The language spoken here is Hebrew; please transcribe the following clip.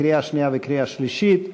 קריאה שנייה וקריאה שלישית.